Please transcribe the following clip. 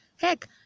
Heck